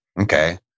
Okay